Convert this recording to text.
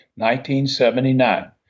1979